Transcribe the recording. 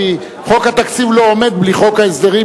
כי חוק התקציב לא עומד בלי חוק ההסדרים,